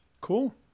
Cool